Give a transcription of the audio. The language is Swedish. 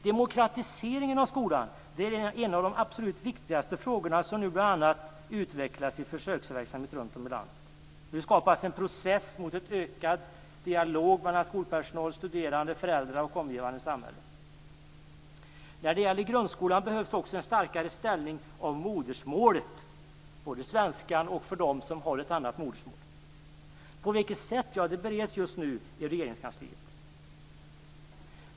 Demokratiseringen av skolan är en av de absolut viktigaste frågorna, och den utvecklas nu i försöksverksamhet runt om i landet. Nu skapas en process mot en ökad dialog mellan skolpersonal, studerande, föräldrar och omgivande samhälle. När det gäller grundskolan behövs det också en starkare ställning för modersmålet, både svenskan och andra modersmål. På vilket sätt bereds just nu i Regeringskansliet.